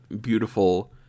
beautiful